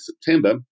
September